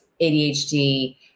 ADHD